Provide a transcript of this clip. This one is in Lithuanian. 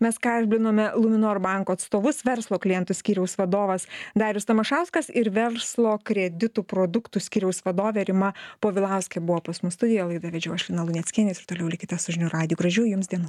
mes kalbinome luminor banko atstovus verslo klientų skyriaus vadovas darius tamašauskas ir verslo kreditų produktų skyriaus vadovė rima povilauskė buvo pas mus studijoj laidą vedžiau aš lina luneckienė jūs ir toliau likite su žinių radiju gražių jums dienų